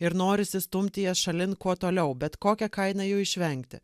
ir norisi stumti jas šalin kuo toliau bet kokia kaina jų išvengti